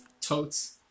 Totes